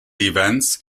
events